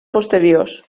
posteriors